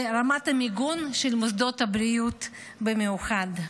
ולרמת המיגון של מוסדות הבריאות במיוחד.